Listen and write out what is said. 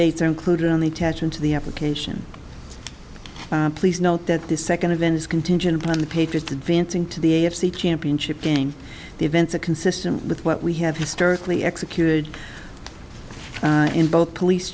are included on the attachment to the application please note that this second event is contingent upon the patriots advancing to the a f c championship game the events are consistent with what we have historically executed in both police